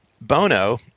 Bono